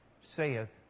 saith